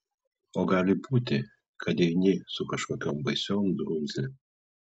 o gali būti kad eini su kažkokiom baisiom drumzlėm